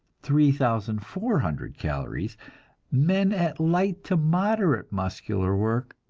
three thousand four hundred calories men at light to moderate muscular work,